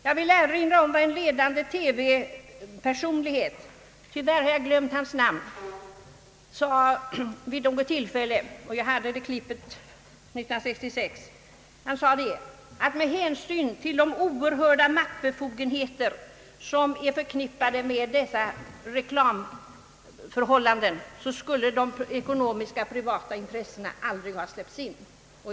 Jag vill erinra om vad en ledande TV-personlighet — tyvärr har jag glömt hans namn — sade vid ett tillfälle; jag citerade hans uttalande 1966. Han sade att med hänsyn till de oerhörda maktbefogenheter som är förknippade med dessa reklamförhållanden skulle de ekonomiska privata intressena aldrig släppts in.